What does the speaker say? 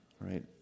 right